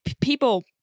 people